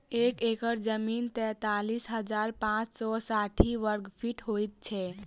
एक एकड़ जमीन तैँतालिस हजार पाँच सौ साठि वर्गफीट होइ छै